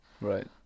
Right